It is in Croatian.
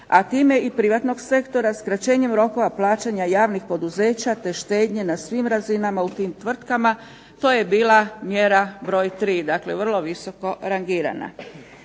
a time i privatnog sektora, skraćenjem rokova plaćanja javnih poduzeća te štednje na svim razinama u tim tvrtkama. To je bila mjera broj 3. Dakle, vrlo visoko rangirana.